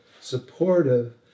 supportive